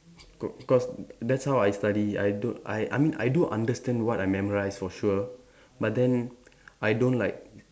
cau~ cause that's how I study I don't I I mean I do understand what I memorise for sure but then I don't like